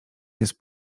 jest